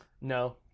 No